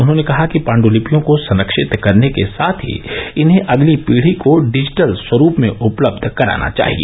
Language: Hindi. उन्होंने कहा कि पाण्डुलिपियों को संरक्षित करने के साथ ही इन्हें अगली पीढ़ी को डिजिटल स्वरूप में उपलब्ध कराना चाहिए